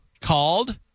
called